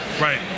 right